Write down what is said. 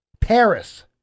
paris